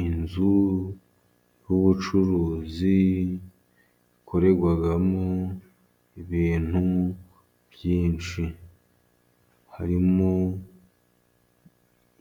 Inzu y'ubucuruzi ikorerwamo ibintu byinshi harimo: